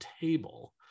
table